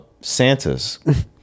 Santa's